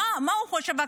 מה הוא חושב עכשיו?